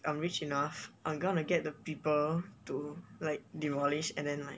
if i'm rich enough I'm gonna get the people to like demolish and then like